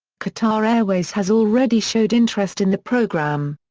qatar airways has already showed interest in the program.